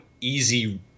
easy –